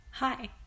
Hi